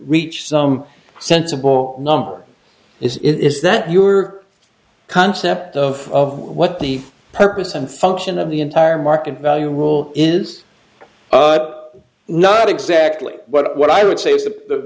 reach some sensible number is it is that your concept of what the purpose and function of the entire market value rule is not exactly what i would say